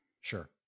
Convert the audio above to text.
Sure